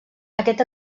aquest